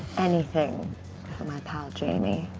anything for my pal, jamie.